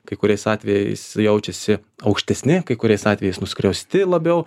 kai kuriais atvejais jaučiasi aukštesni kai kuriais atvejais nuskriausti labiau